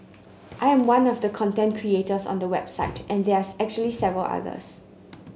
I am one of the content creators on the website and there are actually several others